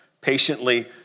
patiently